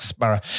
Sparrow